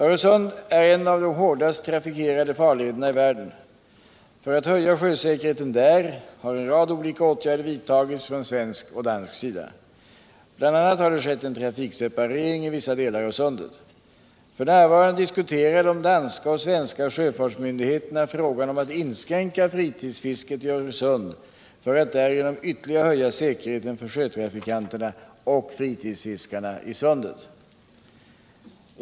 Öresund är en av de hårdast trafikerade farlederna i världen. För att höja sjösäkerheten där har en rad olika åtgärder vidtagits från svensk och dansk sida. Bl. a. har det skett en trafikseparering i vissa delar av sundet. F.n. diskuterar de danska och svenska sjöfartsmyndigheterna frågan om att inskränka fritidsfisket i Öresund för att därigenom ytterligare höja säkerheten för sjötrafikanterna och fritidsfiskarna i sundet.